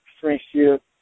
friendship